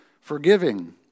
Forgiving